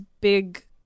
big